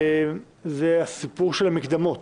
הסיפור של המקדמות.